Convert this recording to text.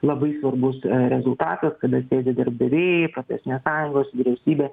labai svarbus rezultatas kada sėdi darbdaviai profesinės sąjungos vyriausybė